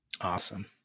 Awesome